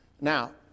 Now